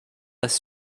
less